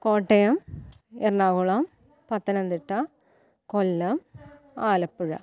Kottayam Ernakulam Pathanamthitta Kollam Alappuzha